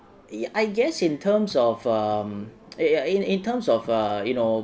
ye~ I guess in terms of um ya in in terms of err you know